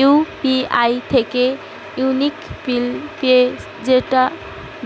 UPI থিকে unique PIN পেয়ে সেটা